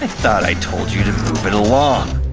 thought i told you to move it along?